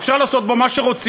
אפשר לעשות בו מה שרוצים,